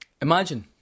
Imagine